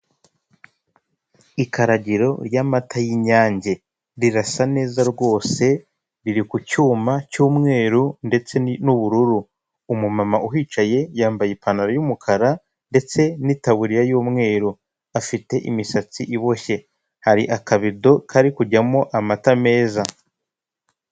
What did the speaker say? Ikaragiro ry'amata y'inyange rirasa neza rwose riri ku cyuma cy'umweru ndetse n'ubururu, umumama uhicaye yambaye ipantaro y'umukara ndetse n'itaburiya y'umweru afite imisatsi iboshye hari akabido kari kujyamo amata meza.